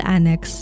Annex